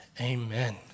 amen